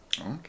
Okay